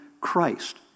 Christ